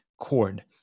cord